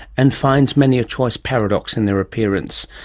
and finds many a choice paradox in their appearance,